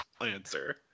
answer